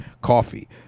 coffee